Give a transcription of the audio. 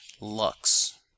Lux